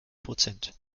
prozent